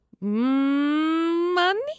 Money